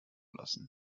lassen